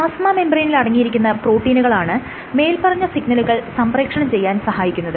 plasma മെംബ്രേയ്നിൽ അടങ്ങിയിരിക്കുന്ന പ്രോട്ടീനുകളാണ് മേല്പറഞ്ഞ സിഗ്നലുകൾ സംപ്രേക്ഷണം ചെയ്യാൻ സഹായിക്കുന്നത്